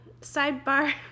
Sidebar